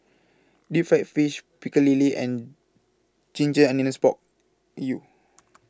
Deep Fried Fish Pecel Lele and Ginger Onions Pork U